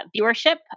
viewership